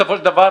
בסופו של דבר,